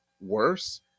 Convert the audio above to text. worse